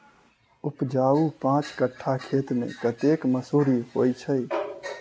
उपजाउ पांच कट्ठा खेत मे कतेक मसूरी होइ छै?